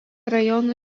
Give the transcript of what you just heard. rajono